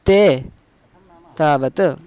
ते तावत्